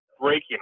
breaking